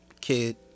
kid